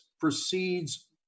proceeds